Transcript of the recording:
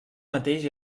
mateix